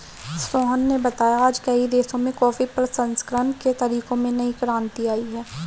सोहन ने बताया आज कई देशों में कॉफी प्रसंस्करण के तरीकों में नई क्रांति आई है